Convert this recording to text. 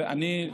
ואני,